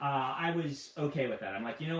i was okay with that. i'm like, you know